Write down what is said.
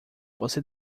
você